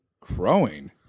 Crowing